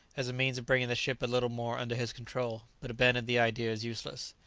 as a means of bringing the ship a little more under his control, but abandoned the idea as useless.